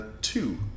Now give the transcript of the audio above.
two